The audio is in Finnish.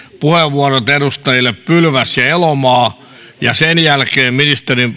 puheenvuorot edustajille pylväs ja elomaa ja sen jälkeen ministerin